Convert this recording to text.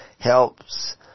helps